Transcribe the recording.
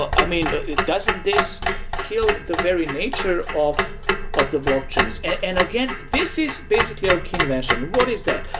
i mean, but doesn't this kill the very nature of of the blockchains? and again, this is basically our key invention. what is that?